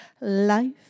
Life